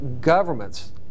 governments